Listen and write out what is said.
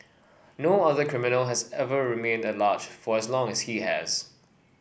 no other criminal has ever remained at large for as long as he has